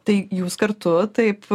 tai jūs kartu taip